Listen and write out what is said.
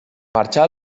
marxà